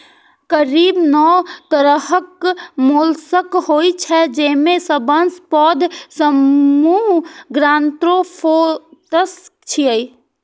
करीब नौ तरहक मोलस्क होइ छै, जेमे सबसं पैघ समूह गैस्ट्रोपोड्स छियै